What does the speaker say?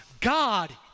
God